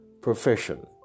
profession